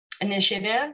initiative